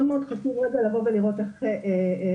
מאוד מאוד חשוב רגע לבוא ולראות איך מאפשרים